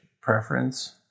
preference